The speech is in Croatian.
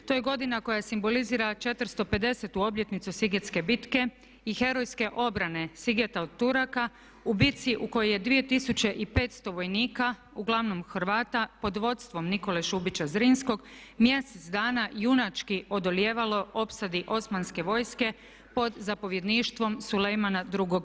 To je godina koja simbolizira 450. obljetnicu sigetske bitke i herojske obrane Sigeta od Turaka u bici u kojoj je 2500 vojnika, uglavnom Hrvata, pod vodstvom Nikole Šubića Zrinskog mjesec dana junački odolijevalo opsadi Osmanske vojske pod zapovjedništvom Sulejmana II.